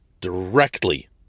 directly